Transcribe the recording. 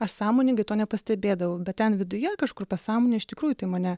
aš sąmoningai to nepastebėdavau bet ten viduje kažkur pasąmonėje iš tikrųjų tai mane